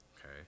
Okay